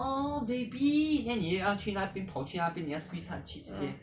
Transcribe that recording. orh